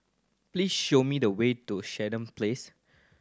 please show me the way to Sandown Place